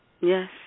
Yes